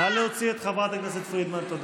נא להוציא את חברת הכנסת פרידמן, תודה.